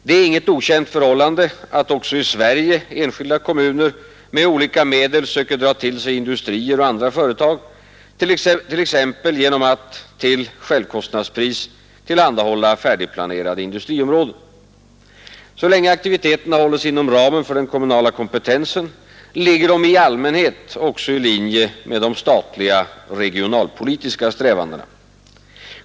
Det är inget okänt förhållande att även i Sverige enskilda kommuner med olika medel söker dra till sig industrier och andra företag, t.ex. genom att — till självkostnadspris — tillhandahålla färdigplanerade industriområden. Så länge aktiviteterna håller sig inom ramen för den kommunala kompetensen ligger de i allmänhet också i linje med de statliga regionalpolitiska strävandena.